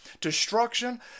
destruction